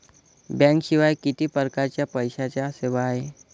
बँकेशिवाय किती परकारच्या पैशांच्या सेवा हाय?